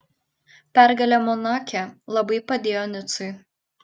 pergalė monake labai padėjo nicui